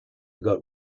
got